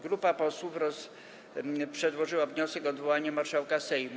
Grupa posłów przedłożyła wniosek o odwołanie marszałka Sejmu.